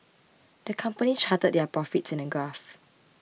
the company charted their profits in a graph